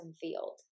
field